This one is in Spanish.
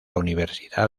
universidad